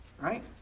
right